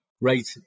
Right